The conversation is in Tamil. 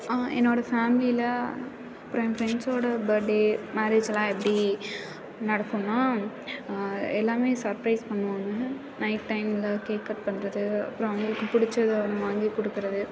என்னோட ஃபேமிலியில் என் ஃப்ரண்ட்ஸோட பர்த்டே மேரேஜ்லாம் எப்படி நடக்கும்னா எல்லாம் சர்ப்ரைஸ் பண்ணுவாங்க நைட் டைமில் கேக் கட் பண்ணுறது அப்பறம் அவங்களுக்கு பிடிச்சத வாங்கி கொடுக்கறது